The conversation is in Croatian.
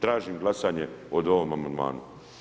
Tražim glasovanje o ovom amandmanu.